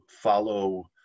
follow